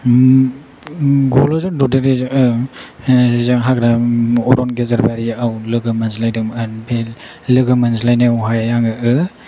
गल'जों ददेरेजों हाग्रा अरन गेजेर बारियाव लोगो मोनज्लायदोंमोन बे लोगो मोनज्लायनावहाय आङो